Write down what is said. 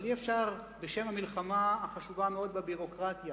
אבל אי-אפשר בשם המלחמה החשובה מאוד בביורוקרטיה